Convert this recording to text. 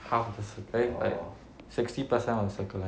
half the circl~ eh like sixty percent of circle line